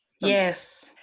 yes